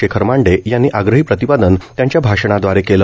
शेखर मांडे यांनी आग्रही प्रतिपादन त्यांच्या भाषणादवारे केलं